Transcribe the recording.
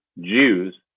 Jews